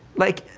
like,